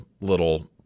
little